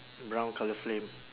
brown colour frame